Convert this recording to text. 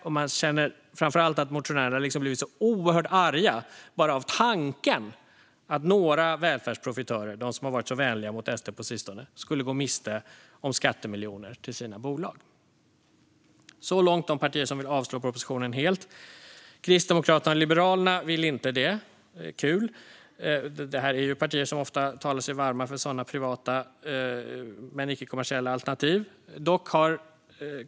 Motionärerna blir framför allt oerhört arga av bara tanken på att några välfärdsprofitörer - de som har varit så vänliga mot SD på sistone - skulle gå miste om skattemiljoner till sina bolag. Så långt om partier som vill avslå propositionen helt. Kristdemokraterna och Liberalerna vill inte det - kul! Det är ju partier som ofta talar sig varma för privata men icke-kommersiella alternativ.